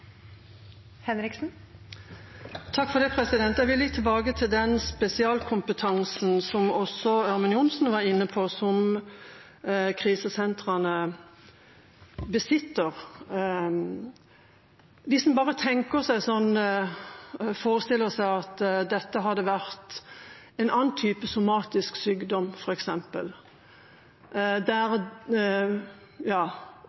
Jeg vil litt tilbake til den spesialkompetansen, som også Ørmen Johnsen var inne på, som krisesentrene besitter. Hvis en forestiller seg at dette hadde vært en annen type sykdom, f.eks. somatisk sykdom, der